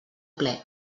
ple